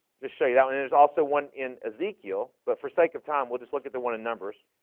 just show you that and there's also one in ezekiel, but for sake of time we'll just look at the one in numbers